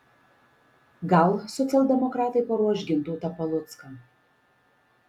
gal socialdemokratai paruoš gintautą palucką